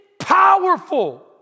powerful